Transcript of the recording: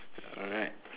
alright